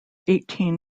eighteen